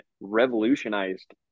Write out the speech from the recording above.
revolutionized